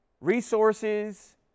resources